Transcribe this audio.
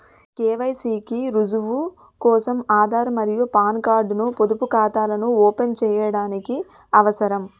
KYC కి రుజువు కోసం ఆధార్ మరియు పాన్ కార్డ్ ను పొదుపు ఖాతాను ఓపెన్ చేయడానికి అవసరం